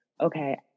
okay